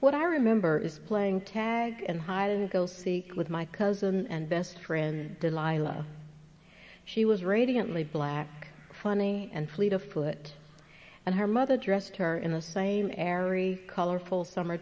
what i remember is playing tag and hide and go seek with my cousin and best friend delilah she was radiant lea black funny and fleet of foot and her mother dressed her in the same airy colorful summer